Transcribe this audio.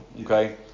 okay